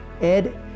Ed